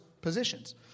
positions